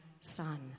son